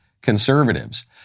conservatives